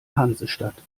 hansestadt